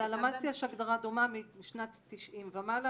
ללמ"ס יש הגדרה דומה משנת 90' ומעלה.